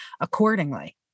accordingly